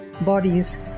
bodies